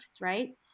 right